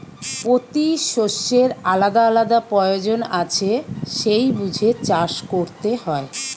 পোতি শষ্যের আলাদা আলাদা পয়োজন আছে সেই বুঝে চাষ কোরতে হয়